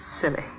silly